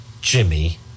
Jimmy